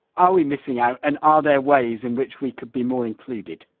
are we missing out and are there ways in which we could be more included?